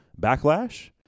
backlash